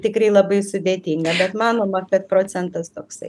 tikrai labai sudėtinga bet manoma kad procentas toksai